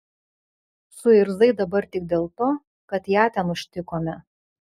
suirzai dabar tik dėl to kad ją ten užtikome